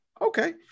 Okay